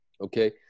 Okay